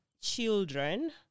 children